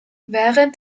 während